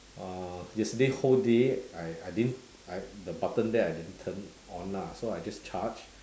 uh yesterday whole day I I didn't I the button there I didn't turn on lah so I just charge